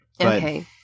Okay